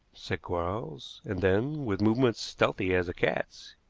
said quarles, and then, with movements stealthy as a cat's,